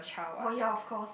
oh ya of course